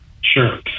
Sure